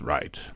Right